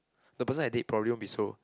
the person I date probably won't be so